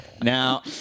Now